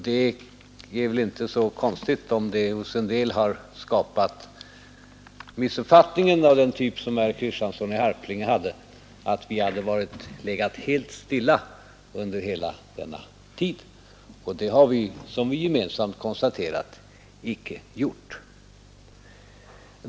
Det är väl inte så konstigt om det hos en del skapat missuppfattningar av den typ som herr Kristiansson i Harplinge gav exempel på, nämligen att vi legat helt stilla under hela denna tid. Det har vi, som vi gemensamt konstaterat, icke gjort.